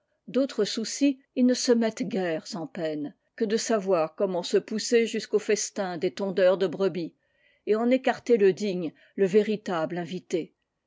d'autres soucis ils ne se mettent guères en peine que de savoir comment se pousser jusqu'au festin des tondeurs de brebis et en écarter le digne le véritable invité